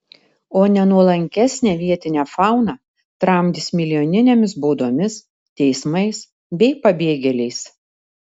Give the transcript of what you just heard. o nenuolankesnę vietinę fauną tramdys milijoninėmis baudomis teismais bei pabėgėliais